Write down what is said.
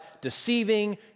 deceiving